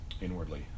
inwardly